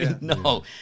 no